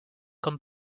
comme